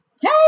Hey